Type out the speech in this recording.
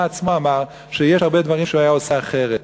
עצמו אמר שיש הרבה דברים שהוא היה עושה אחרת.